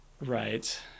right